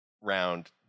round